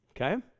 okay